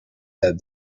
that